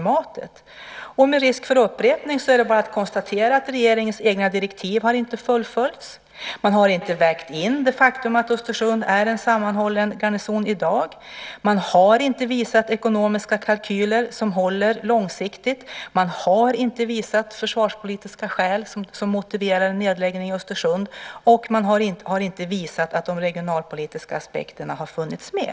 Med risk för upprepning konstaterar jag bara att regeringens egna direktiv inte har fullföljts. Man har inte vägt in det faktum att Östersund i dag är en sammanhållen garnison. Man har inte visat ekonomiska kalkyler som håller långsiktigt. Man har inte visat försvarspolitiska skäl som motiverar en nedläggning i Östersund. Man har inte heller visat att de regionalpolitiska aspekterna har funnits med.